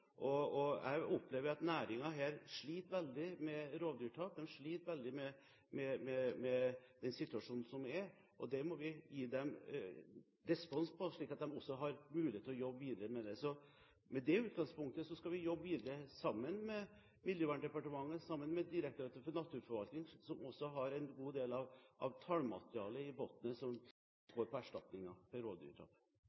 Jeg opplever at næringen her sliter veldig med rovdyrtap, de sliter veldig med den situasjonen som er, og det må vi gi dem respons på, slik at de også har mulighet til å jobbe videre med det. Så med det utgangspunktet skal vi jobbe videre sammen med Miljøverndepartementet, sammen med Direktoratet for naturforvaltning, som også har en god del av tallmaterialet i bunnen som